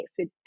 food